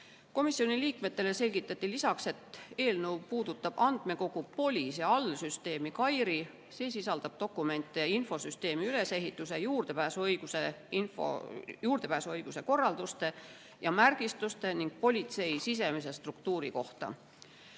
Komisjoni liikmetele selgitati lisaks, et eelnõu puudutab andmekogu POLIS allsüsteemi KAIRI. See sisaldab dokumente infosüsteemi ülesehituse, juurdepääsuõiguse korralduse ja märgistuse ning politsei sisemise struktuuri kohta.